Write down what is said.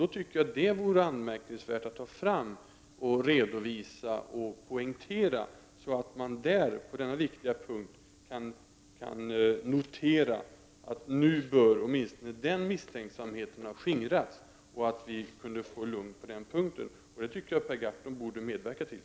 Jag tycker att detta vore värt att ta fram, redovisa och poängtera så att man där, på denna viktiga punkt, kan säga att nu bör åtminstone den misstänksamheten ha skingrats och att vi kan vara lugna. Det tycker jag att Per Gahrton borde medverka till.